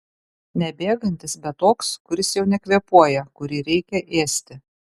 ne bėgantis bet toks kuris jau nekvėpuoja kurį reikia ėsti